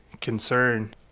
concern